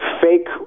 fake